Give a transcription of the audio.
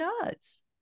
nuts